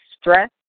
Stress